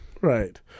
right